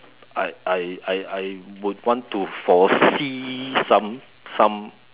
I I I I would want to foresee some some